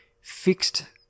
fixed